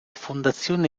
fondazione